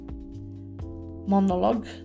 monologue